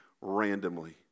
randomly